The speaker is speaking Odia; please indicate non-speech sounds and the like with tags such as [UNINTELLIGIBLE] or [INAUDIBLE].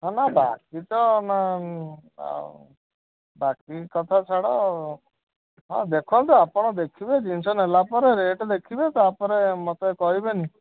ହଁ [UNINTELLIGIBLE] ଆଉ ବାକି କଥା ଛାଡ଼ ହଁ ଦେଖନ୍ତୁ ଆପଣ ଦେଖିବେ ଜିନିଷ ନେଲା ପରେ ରେଟ୍ ଦେଖିବେ ତା'ପରେ ମୋତେ କହିବେନି